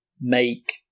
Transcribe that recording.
make